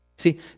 See